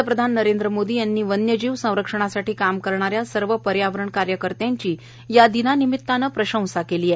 पंतप्रधान नरेंद्र मोदी यांनी वन्यजीव संरक्षणासाठी काम करणाऱ्या सर्व पर्यावरण कार्यकर्त्यांची या दिनानिमित्त प्रशंसा केली आहे